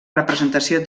representació